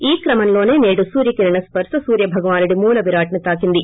ఈ క్రమంలోనే నేడు సూర్యకిరణ స్సర్ప సూర్యభగవానుడి మూలవిరాట్ ను తాకింది